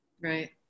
right